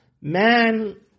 Man